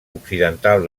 occidental